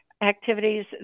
activities